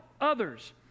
others